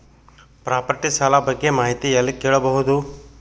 Property ಸಾಲ ಬಗ್ಗೆ ಮಾಹಿತಿ ಎಲ್ಲ ಕೇಳಬಹುದು?